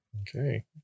Okay